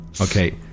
Okay